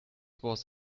was